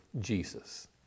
Jesus